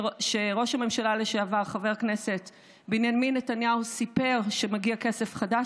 ראש הממשלה לשעבר חבר הכנסת בנימין נתניהו סיפר שמגיע כסף חדש,